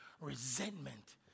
Resentment